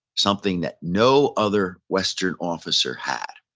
something that no other western officer had.